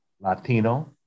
Latino